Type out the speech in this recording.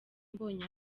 mbonye